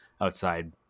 outside